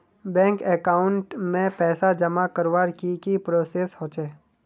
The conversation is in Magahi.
बैंक अकाउंट में पैसा जमा करवार की की प्रोसेस होचे?